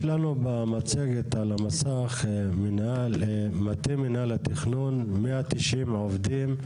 יש לנו במצגת על המסך מטה מינהל התכנון 190 עובדים.